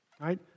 right